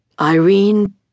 Irene